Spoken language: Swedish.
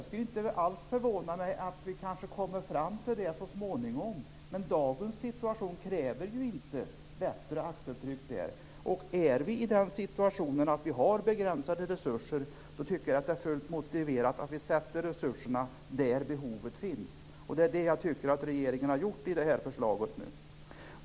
Det skulle inte förvåna mig om vi så småningom kommer fram till den uppfattningen. Men dagens situation kräver inte bättre bärighet för axeltryck där. I en situation med begränsade resurser är det bättre att fördela resurserna där behoven finns. Det tycker jag att regeringen har gjort i det här förslaget.